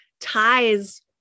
ties